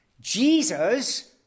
Jesus